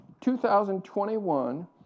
2021